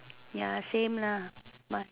ya same lah must